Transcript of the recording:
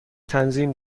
تنظیم